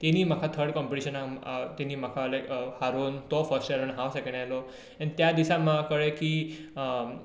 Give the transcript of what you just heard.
तेणींय म्हाका थर्ड कंपिटीशनाक ताणी म्हाका लायक होरवन तो फर्स्ट आनी हांव सेकेंड आयलो आनी त्या दिसा म्हाका कळ्ळें की